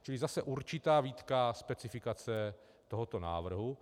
Čili zase určitá výtka specifikace tohoto návrhu.